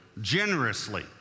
generously